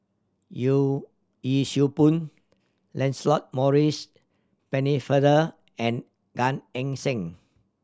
Yee Siew Pun Lancelot Maurice Pennefather and Gan Eng Seng